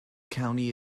county